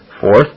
Fourth